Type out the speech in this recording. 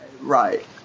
right